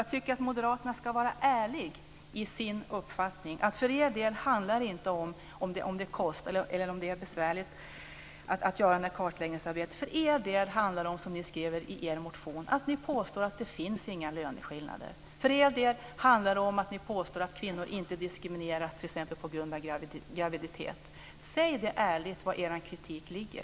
Jag tycker att moderaterna ska vara ärliga i sin uppfattning att det för deras del inte handlar om ifall det är besvärligt att göra det här kartläggningsarbetet utan om att de - som de skriver i sin motion - vill påstå att det inte finns några löneskillnader. Det handlar för er del om att ni påstår att kvinnor inte diskrimineras t.ex. på grund av graviditet. Säg ut ärligt var er kritik ligger!